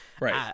Right